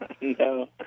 No